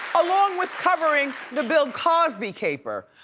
along with covering the bill cosby caper.